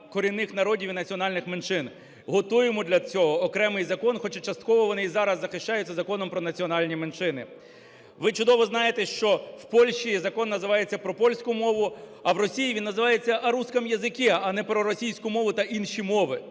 корінних народів і національних меншин, готуємо для цього окремий закон, хоча частково вони і зараз захищаються Законом про національні меншини. Ви чудово знаєте, що в Польщі Закон називається "Про польську мову", а в Росії він називається – о русском языке, а не проросійську мову та інші мови.